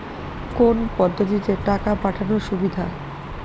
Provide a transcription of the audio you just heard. কোন পদ্ধতিতে টাকা পাঠানো সুবিধা?